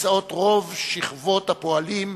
נמצאות רוב שכבות הפועלים,